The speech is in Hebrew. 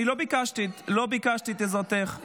לא ביקשתי את עזרתך.